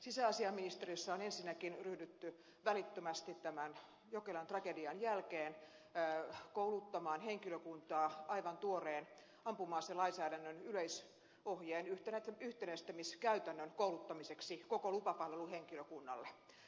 sisäasiainministeriössä on ensinnäkin ryhdytty välittömästi tämän jokelan tragedian jälkeen kouluttamaan henkilökuntaa aivan tuoreen ampuma aselainsäädännön yleisohjeen yhtenäistämiskäytännön kouluttamiseksi koko lupapalveluhenkilökunnalle